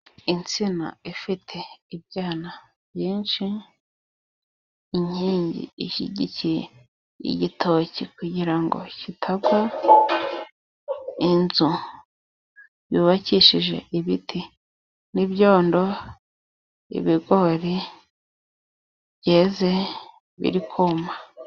Insina ifite ibyana byinshi, inkingi ishyigi igitoki kugira ngo kitagwa, inzu yubakishije ibiti n'ibyondo, ibigori byeze biri kuma.